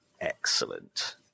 excellent